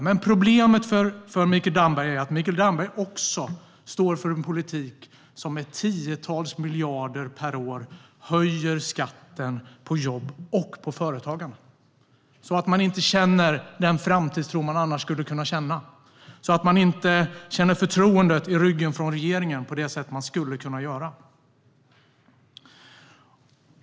Men problemet för Mikael Damberg är att Mikael Damberg också står för en politik där skatten höjs med tiotals miljarder per år på jobb och på företagande, så att man inte känner den framtidstro man annars skulle kunna känna och så att man inte känner förtroendet i ryggen från regeringen på det sätt som man skulle kunna göra.